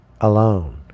alone